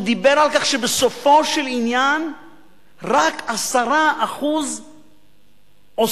דיבר על כך שבסופו של עניין רק 10% עושים,